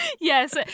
yes